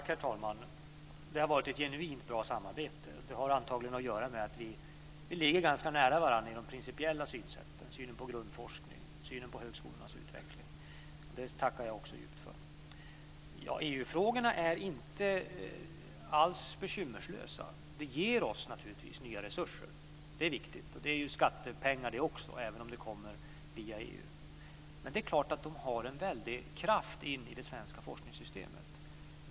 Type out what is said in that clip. Herr talman! Det har varit ett genuint bra samarbete. Det har antagligen att göra med att vi ligger ganska nära varandra i de principiella synsätten, synen på grundforskning, synen på högskolornas utveckling. Det tackar jag också djupt för. EU-frågorna är inte alls bekymmerslösa. Det ger oss naturligtvis nya resurser, och det är viktigt. Det är ju skattepengar, även om det kommer via EU. Det är klart att de har en väldig kraft i det svenska forskningssystemet.